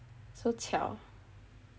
so 巧